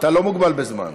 אתה לא מוגבל בזמן.